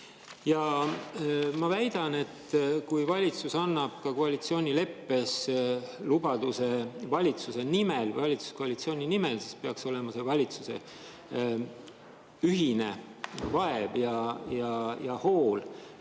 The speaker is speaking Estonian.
Ma väidan, et kui valitsus annab koalitsioonileppes lubaduse valitsuse, valitsuskoalitsiooni nimel, siis peaks olema valitsuse ühine vaev ja hool